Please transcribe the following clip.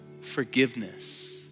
forgiveness